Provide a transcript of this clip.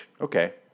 Okay